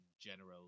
General